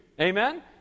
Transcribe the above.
amen